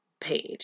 page